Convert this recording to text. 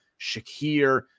Shakir